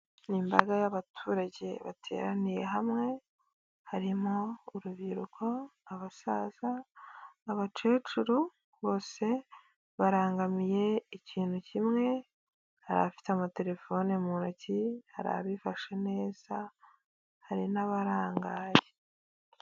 Ni imbaga y'abaturage bateraniye hamwe, harimo urubyiruko, abasaza, abakecuru, bose barangamiye ikintu kimwe, hari abafite amatelefoni mu ntoki, hari abifashe neza, hari n'abarangaye.